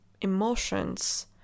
emotions